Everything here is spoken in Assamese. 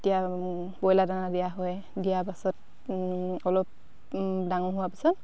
এতিয়া ব্ৰইলাৰ দানা দিয়া হয় দিয়া পাছত অলপ ডাঙৰ হোৱাৰ পাছত